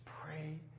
pray